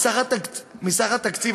מסך התקציב,